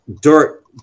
dirt